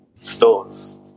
stores